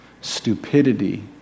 stupidity